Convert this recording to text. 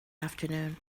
afternoon